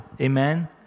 Amen